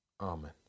Amen